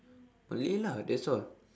malay lah that's all